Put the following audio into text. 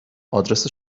آدرس